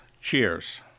cheers